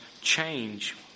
change